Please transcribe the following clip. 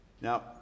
Now